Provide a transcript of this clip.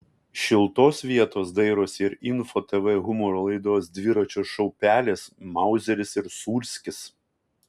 šiltos vietos dairosi ir info tv humoro laidos dviračio šou pelės mauzeris ir sūrskis